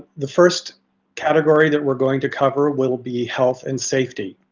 the first category that we're going to cover will be health and safety,